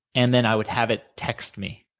and then, i would have it text me,